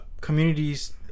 communities